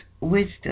wisdom